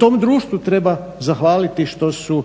Tom društvu treba zahvaliti što su